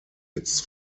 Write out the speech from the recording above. its